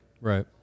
Right